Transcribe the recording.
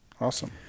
Awesome